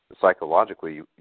psychologically